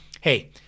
Hey